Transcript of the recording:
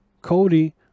Cody